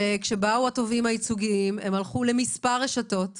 כשבאו התובעים הייצוגיים הם הלכו גם לכמה רשתות